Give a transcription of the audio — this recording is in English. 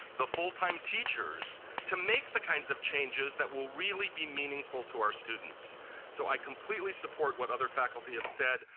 the full time teachers to make the kinds of changes that will be meaningful to our students so i completely support what other faculty have said.